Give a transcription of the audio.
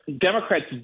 Democrats